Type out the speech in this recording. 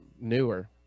Newer